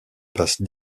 passe